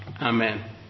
Amen